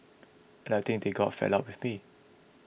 and I think they got fed up with me